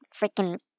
freaking